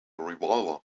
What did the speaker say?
revolver